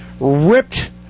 Ripped